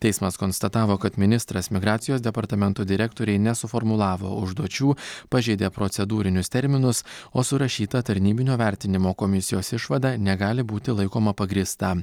teismas konstatavo kad ministras migracijos departamento direktorei nesuformulavo užduočių pažeidė procedūrinius terminus o surašyta tarnybinio vertinimo komisijos išvada negali būti laikoma pagrįsta